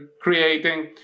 creating